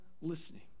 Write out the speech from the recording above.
listening